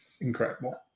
incredible